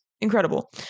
incredible